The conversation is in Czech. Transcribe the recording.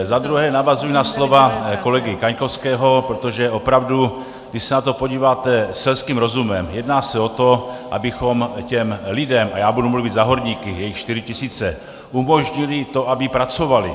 Za druhé navazuji na slova kolegy Kaňkovského, protože opravdu, když se na to podíváte selským rozumem, jedná se o to, abychom těm lidem a já budu mluvit za horníky, jsou jich čtyři tisíce umožnili to, aby pracovali.